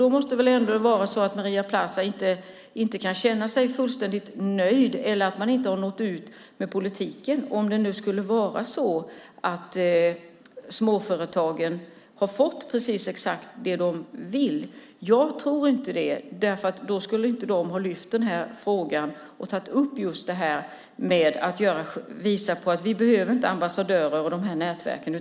Då måste det väl ändå vara så att Maria Plass inte kan känna sig fullständigt nöjd eller att man inte har nått ut med politiken, om det nu skulle vara så att småföretagen har fått precis exakt det de vill. Jag tror inte att de har fått det, därför att då skulle de inte ha lyft fram den här frågan och visat på att de inte behöver ambassadörer och de här nätverken.